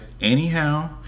anyhow